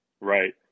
Right